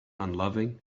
unloving